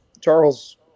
Charles